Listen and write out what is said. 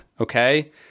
Okay